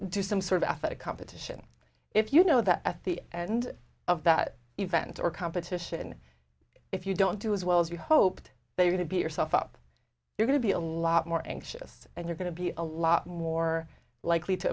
do some sort of athletic competition if you know that at the end of that event or competition if you don't do as well as you hoped they would be yourself up you're going to be a lot more anxious and you're going to be a lot more likely to